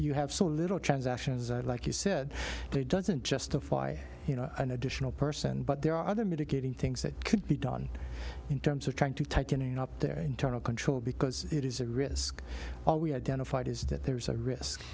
you have so little transactions like you said doesn't justify you know an additional person but there are other mitigating things that could be done in terms of trying to tightening up their internal control because it is a risk all we identified is that there's a risk